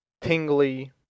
tingly